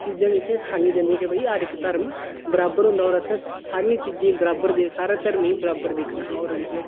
चीज़ां जेह्कियां सखाइयां जंदियां के भाई हर इक धर्म बराबर होंदा होर असें सारियें चीज़ें गी बराबर दे सारा धर्में ई बराबर दिक्खना होर मतलब